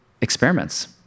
experiments